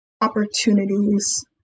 opportunities